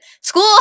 School